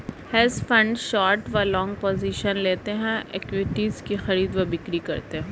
hedge fund short व long positions लेते हैं, इक्विटीज की खरीद व बिक्री करते हैं